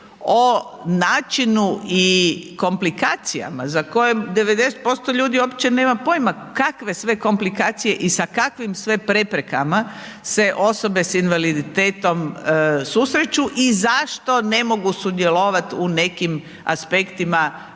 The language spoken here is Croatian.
o načinu i komplikacijama za koje 90% ljudi uopće nema pojma kakve sve komplikacije i sa kakvim sve preprekama se osobe s invaliditetom se susreću i zašto ne mogu sudjelovat u nekim aspektima